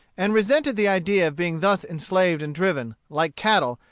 and resented the idea of being thus enslaved and driven, like cattle,